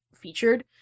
featured